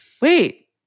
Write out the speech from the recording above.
Wait